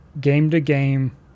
game-to-game